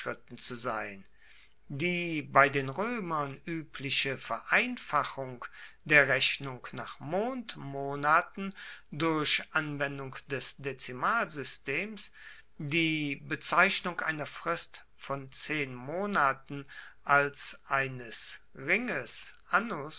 zu sein die bei den roemern uebliche vereinfachung der rechnung nach mondmonaten durch anwendung des dezimalsystems die bezeichnung einer frist von zehn monaten als eines ringes